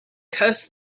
curse